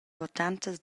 votants